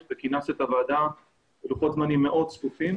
- שכינסת את הוועדה בלוחות זמנים מאוד צפופים.